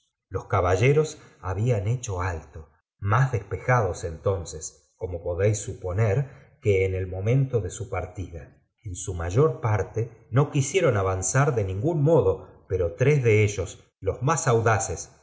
los caballeros habían hecho alto más despejados entonces como podéis suponer que en el momento de su partida en su mayor parte no quisieron avanzar de ningún modo pero tres de ellos los más audaces